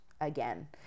again